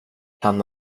kan